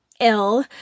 ill